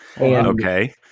okay